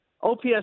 OPS